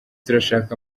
turashaka